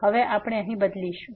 હવે આપણે અહીં બદલીશું